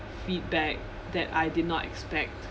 feedback that I did not expect